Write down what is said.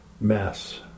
mess